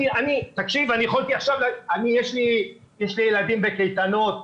אני יש לי ילדים בקייטנות,